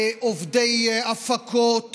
עובדי הפקות ואירועים,